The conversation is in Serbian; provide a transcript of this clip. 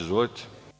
Izvolite.